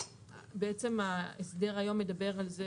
בעצם ההסדר היום מדבר על זה